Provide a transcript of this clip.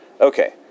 Okay